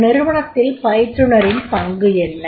ஒரு நிறுவனத்தில் பயிற்றுனரின் பங்கு என்ன